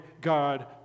God